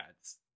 ads